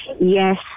yes